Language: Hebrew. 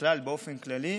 בכלל באופן כללי,